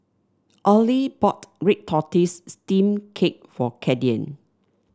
Allie bought Red Tortoise Steamed Cake for Cayden